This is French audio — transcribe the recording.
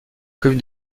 commune